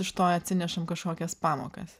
iš to atsinešam kažkokias pamokas